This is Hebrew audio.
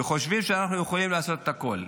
וחושבים שאנחנו יכולים לעשות הכול.